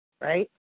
right